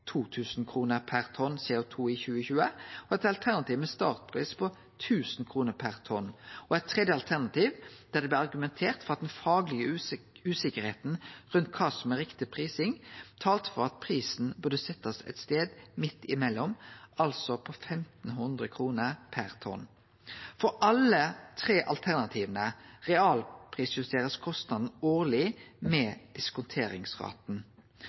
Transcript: per tonn CO 2 i 2020, eit alternativ med startpris på 1 000 kr per tonn og eit tredje alternativ der det blei argumentert for at den faglege usikkerheita rundt kva som er riktig prising, talte for at prisen burde setjast ein stad midt imellom, altså på 1 500 kr per tonn. For alle dei tre alternativa blir kostnaden årleg realprisjustert med